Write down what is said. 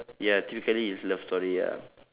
ya truthfully it's love story ah